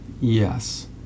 Yes